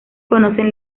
conocen